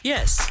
Yes